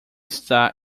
está